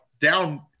down